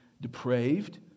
depraved